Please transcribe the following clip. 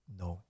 no